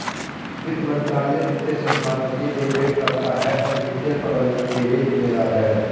वित्त मंत्रालय वित्तीय संस्थानों की देखरेख करता है और वित्तीय प्रबंधन के लिए जिम्मेदार है